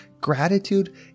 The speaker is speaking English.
gratitude